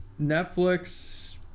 Netflix